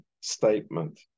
statement